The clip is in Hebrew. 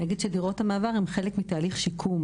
אוסיף שדירות המעבר הן חלק מתהליך שיקום.